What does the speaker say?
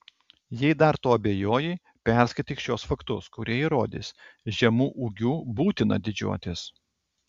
jei dar tuo abejoji perskaityk šiuos faktus kurie įrodys žemu ūgiu būtina didžiuotis